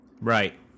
Right